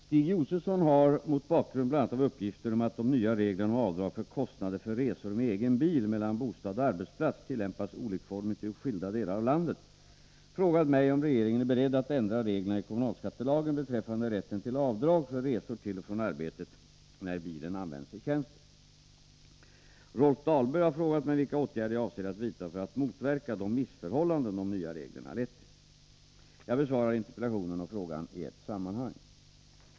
Herr talman! Stig Josefson har — mot bakgrund bl.a. av uppgifter om att de nya reglerna om avdrag för kostnader för resor med egen bil mellan bostad och arbetsplats tillämpats olikformigt i skilda delar av landet — frågat mig om regeringen är beredd att ändra reglerna i kommunalskattelagen beträffande rätten till avdrag för resor till och från arbetet när bilen används i tjänsten. Rolf Dahlberg har frågat mig vilka åtgärder jag avser att vidta för att motverka de missförhållanden de nya reglerna lett till. Jag besvarar interpellationen och frågan i ett sammanhang.